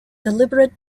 deliberate